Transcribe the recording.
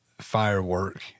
Firework